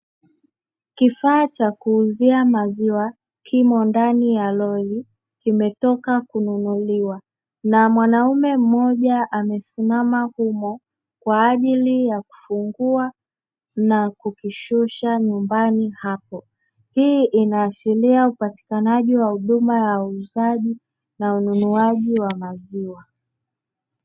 Kifaa cha kuuzia maziwa kimo ndani ya lori kimetoka kununuliwa na mwanaume mmoja amesimama humo, kwa ajili ya kufungua na kukishusha nyumbani hapo, hii inaashiria upatikanaji wa huduma ya uuzaji na ununuaji wa maziwa.